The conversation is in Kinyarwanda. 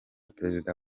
perezida